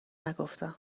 نگفتم